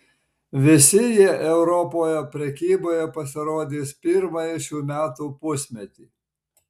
visi jie europoje prekyboje pasirodys pirmąjį šių metų pusmetį